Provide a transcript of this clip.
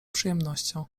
przyjemnością